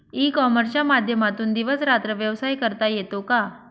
E कॉमर्सच्या माध्यमातून दिवस रात्र व्यवसाय करता येतो का?